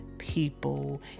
people